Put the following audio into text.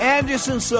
Anderson